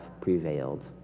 prevailed